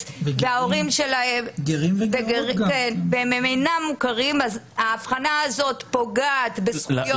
וההורים שלהם אינם מוכרים כיהודים וההבחנה הזאת פוגעת בזכויות.